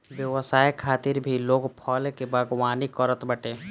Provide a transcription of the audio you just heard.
व्यवसाय खातिर भी लोग फल के बागवानी करत बाटे